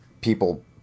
people